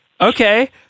Okay